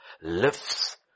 lifts